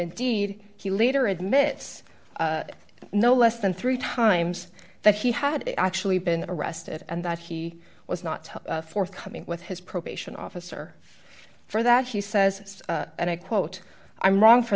indeed he later admits no less than three times that he had actually been arrested and that he was not forthcoming with his probation officer for that he says and i quote i'm wrong for